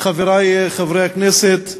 חברי חברי הכנסת,